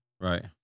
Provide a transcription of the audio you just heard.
Right